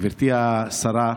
גברתי השרה,